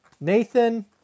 Nathan